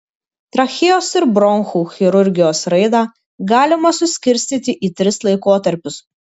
trachėjos ir bronchų chirurgijos raidą galima suskirstyti į tris laikotarpius